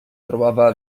trobava